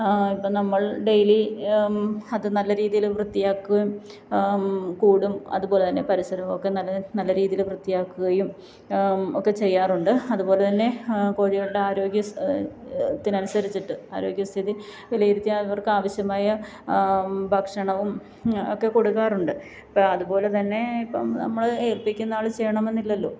ഇപ്പം നമ്മള് ഡെയിലി അത് നല്ല രീതിയിൽ വൃത്തിയാക്കുകയും കൂടും അതുപോലെത്തന്നെ പരിസരവും ഒക്കെ നല്ലലന് നല്ല രീതിയിൽ വൃത്തിയാക്കുകയും ഒക്കെ ചെയ്യാറുണ്ട് അതുപോലെത്തന്നെ കോഴികളുടെ ആരോഗ്യത്തിനനുസരിച്ചിട്ട് ആരോഗ്യസ്ഥിതി വിലയിരുത്തിയാല് അവര്ക്ക് അവശ്യമായ ഭക്ഷണവും ഒക്കെ കൊടുക്കാറുണ്ട് ഇപ്പം അതുപോലെത്തന്നെ ഇപ്പം നമ്മൾ ഏല്പ്പിക്കുന്ന ആൾ ചെയ്യണമെന്നില്ലല്ലോ